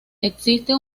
existe